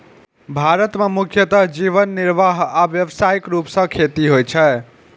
भारत मे मुख्यतः जीवन निर्वाह आ व्यावसायिक रूप सं खेती होइ छै